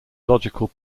logical